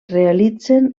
realitzen